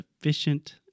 efficient